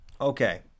Okay